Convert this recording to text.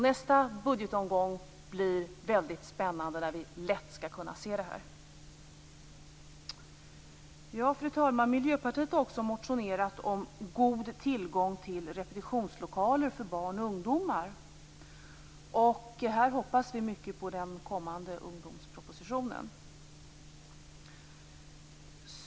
Nästa budgetomgång, när vi lätt skall kunna se det här, blir alltså väldigt spännande. Fru talman! Miljöpartiet har också motionerat om god tillgång till repetitionslokaler för barn och ungdomar. Här hoppas vi mycket på den kommande ungdomspropositionen.